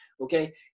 Okay